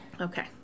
okay